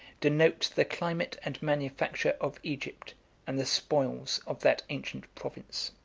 denote the climate and manufacture of egypt and the spoils of that ancient province.